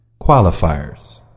Qualifiers